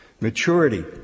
Maturity